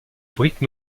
briques